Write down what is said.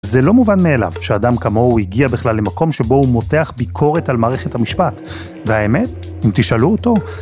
זה לא מובן מאליו שאדם כמוהו הגיע בכלל למקום שבו הוא מותח ביקורת על מערכת המשפט. והאמת, אם תשאלו אותו...